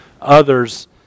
others